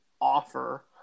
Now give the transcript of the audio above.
offer